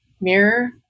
mirror